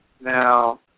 Now